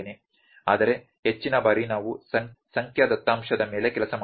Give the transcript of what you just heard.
ಆದರೆ ಹೆಚ್ಚಿನ ಬಾರಿ ನಾವು ಸಂಖ್ಯಾ ದತ್ತಾಂಶದ ಮೇಲೆ ಕೆಲಸ ಮಾಡುತ್ತೇವೆ